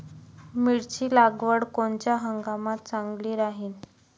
मिरची लागवड कोनच्या हंगामात चांगली राहीन?